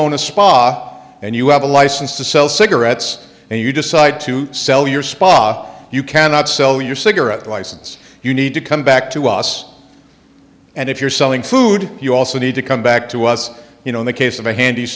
own a spa and you have a license to sell cigarettes and you decide to sell your spa you cannot sell your cigarette license you need to come back to us and if you're selling food you also need to come back to us you know in the case of a hand